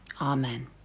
Amen